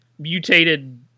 mutated